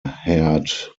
haired